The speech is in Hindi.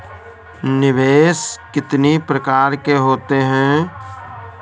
निवेश कितनी प्रकार के होते हैं?